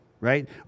right